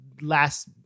last